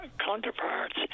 counterparts